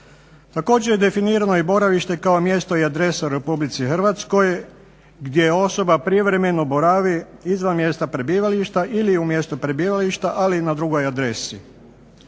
Također je definirano i boravište kao mjesto i adresa u RH gdje osoba privremeno boravi izvan mjesta prebivališta ili u mjestu prebivališta ali na drugoj adresi.